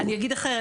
אני אגיד אחרת,